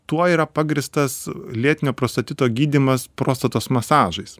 tuo yra pagrįstas lėtinio prostatito gydymas prostatos masažais